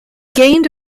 gained